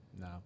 No